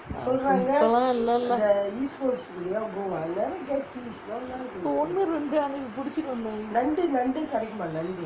இப்பே லாம் இல்லே லா இப்பே ஒன்னு ரெண்டு அன்னிக்கு பிடிச்சிட்டு வந்தாங்கே:ippae laam illae laa ippae onnu rendu annikku pidichittu vanthaangae